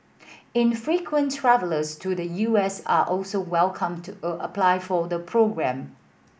infrequent travellers to the U S are also welcome to a apply to the programme